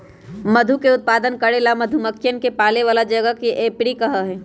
मधु के उत्पादन करे ला मधुमक्खियन के पाले वाला जगह के एपियरी कहा हई